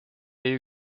jäi